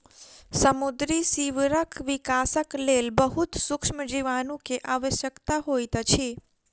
समुद्री सीवरक विकासक लेल बहुत सुक्ष्म जीवाणु के आवश्यकता होइत अछि